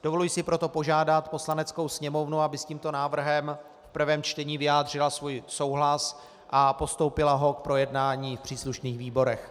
Dovoluji si proto požádat Poslaneckou sněmovnu, aby s tímto návrhem v prvém čtení vyjádřila svůj souhlas a postoupila ho k projednání v příslušných výborech.